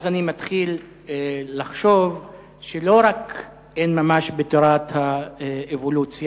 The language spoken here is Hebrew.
אז אני מתחיל לחשוב שלא רק שאין ממש בתורת האבולוציה,